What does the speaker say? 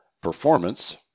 Performance